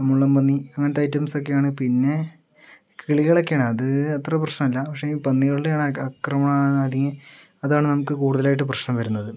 മുള്ളൻപന്നി അങ്ങനത്തെ ഐറ്റംസ് ഒക്കയാണ് പിന്നെ കിളികളൊക്കെയാണ് അത് അത്ര പ്രശ്നമല്ല പക്ഷെ ഈ പന്നികളുടെയാണ് ആക്രമകാരി അതാണ് നമുക്ക് കൂടുതലായിട്ട് പ്രശ്നം വരുന്നത്